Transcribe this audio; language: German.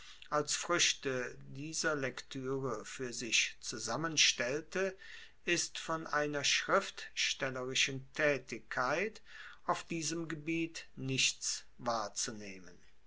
als fruechte dieser lektuere fuer sich zusammenstellte ist von einer schriftstellerischen taetigkeit auf diesem gebiet nichts wahrzunehmen